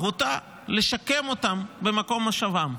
מהותה לשקם אותם במקומות מושבם.